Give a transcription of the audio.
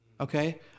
Okay